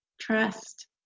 trust